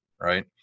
right